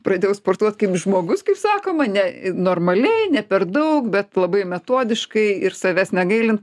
pradėjau sportuot kaip žmogus kaip sakoma ne normaliai ne per daug bet labai metodiškai ir savęs negailint